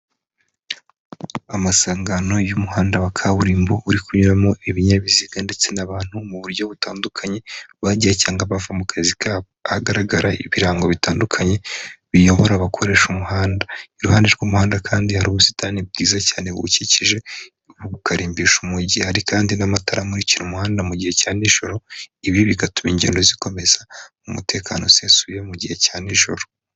Amasangano y'umuhanda wa kaburimbo uri kunyuramo ibinyabiziga ndetse n'abantu mu buryo butandukanye, bajya cyangwa bava mu kazi kabo. Hagaragara ibirango bitandukanye biyobora abakoresha umuhanda. Iruhande rw'umuhanda kandi hari ubusitani bwiza cyane buwukikije, bukarimbisha umujyi. Hari kandi n'amatara amurikira umuhanda mu gihe cya nijoro, ibi bigatuma ingendo zikomeza mu mutekano usesuye mu gihe cya nijoro.